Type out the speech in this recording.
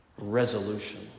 Resolution